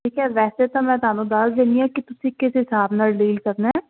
ਠੀਕ ਹੈ ਵੈਸੇ ਤਾਂ ਮੈਂ ਤੁਹਾਨੂੰ ਦੱਸ ਦਿੰਦੀ ਹਾਂ ਕਿ ਤੁਸੀਂ ਕਿਸ ਹਿਸਾਬ ਨਾਲ ਡੀਲ ਕਰਨਾ